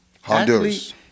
Honduras